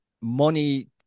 Money